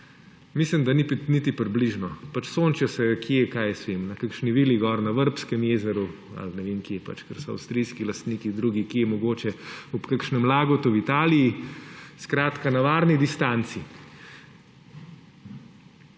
Mislim, da niti približno! Pač sončijo se kje, kaj vem, na kakšni vili gor na Vrbskem jezeru ali ne vem kje, kjer so avstrijski lastniki, drugi, ki mogoče ob kakšnem »lagu« v Italiji; skratka, na varni distanci.